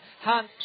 Hunt